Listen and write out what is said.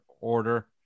order